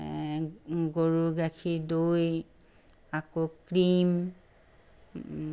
গৰুৰ গাখীৰ দৈ আকৌ ক্ৰীম